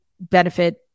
benefit